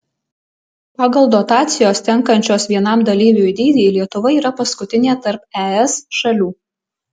pagal dotacijos tenkančios vienam dalyviui dydį lietuva yra paskutinė tarp es šalių